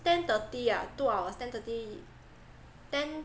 ten thirty ah two hours ten thirty ten